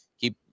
keep